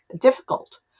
difficult